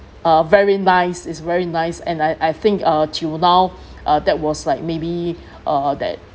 a very nice is very nice and I I think uh till now uh that was like maybe uh that